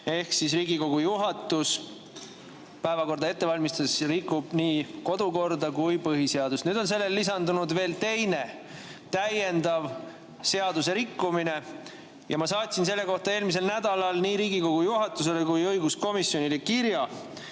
Ehk siis Riigikogu juhatus päevakorda ette valmistades rikub nii kodukorda kui ka põhiseadust. Nüüd on sellele lisandunud veel teine täiendav seaduse rikkumine. Ma saatsin selle kohta eelmisel nädalal nii Riigikogu juhatusele kui ka õiguskomisjonile kirja.